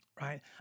right